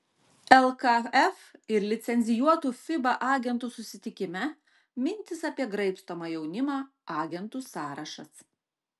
lkf ir licencijuotų fiba agentų susitikime mintys apie graibstomą jaunimą agentų sąrašas